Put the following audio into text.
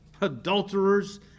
Adulterers